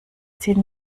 zehn